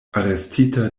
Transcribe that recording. arestita